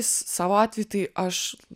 savo atveju tai aš